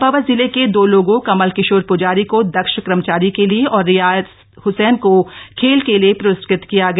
चम्पावत जिले के दो लोगों कमल किशोर प्जारी को दक्ष कर्मचारी के लिए और रियासत हसैन को खेल के लिए पुरुस्कृत किया गया